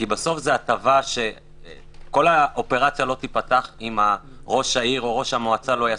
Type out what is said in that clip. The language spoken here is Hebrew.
כי כל האופרציה לא תיפתח אם ראש העיר או ראש המועצה לא יסכים.